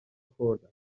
خوردن